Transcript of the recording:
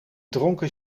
dronken